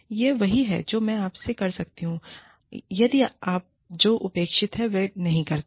यह वही है जो मैं आपसे कर सकती हूं यदि आपजो अपेक्षित है वह नहीं करते हैं